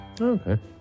okay